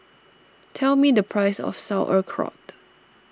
tell me the price of Sauerkraut